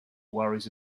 worries